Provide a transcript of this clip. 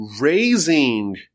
raising